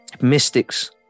mystics